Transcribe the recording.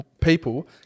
people